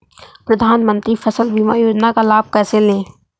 प्रधानमंत्री फसल बीमा योजना का लाभ कैसे लें?